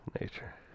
nature